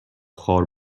خوار